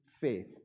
faith